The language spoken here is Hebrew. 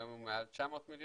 היום הוא מעל 900 מיליון.